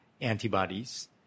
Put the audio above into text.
antibodies